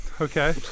Okay